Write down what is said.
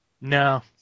No